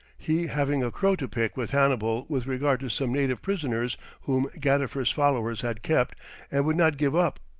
he having a crow to pick with hannibal with regard to some native prisoners whom gadifer's followers had kept and would not give up.